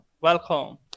Welcome